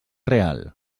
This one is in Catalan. real